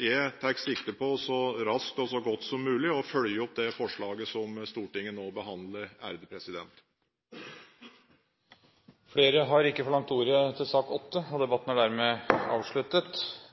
jeg tar sikte på – så raskt og så godt som mulig – å følge opp det forslaget som Stortinget nå behandler. Flere har ikke bedt om ordet til sak nr. 8. Etter ønske fra finanskomiteen vil presidenten foreslå at sakene nr. 9 og